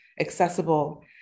accessible